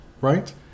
right